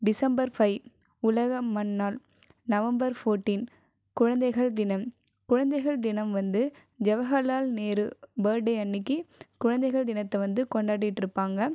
December five உலக மண் நாள் நவம்பர் ஃபோர்ட்டீன் குழந்தைகள் தினம் குழந்தைகள் தினம் வந்து ஜவஹர்லால் நேரு பர்த்டே அன்னைக்கி குழந்தைகள் தினத்தை வந்து கொண்டாடிட்டுருப்பாங்க